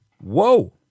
Whoa